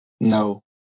No